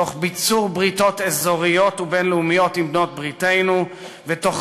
תוך ביצור בריתות אזוריות ובין-לאומיות עם בעלות-בריתנו ותוך